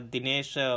Dinesh